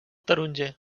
taronger